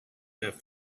have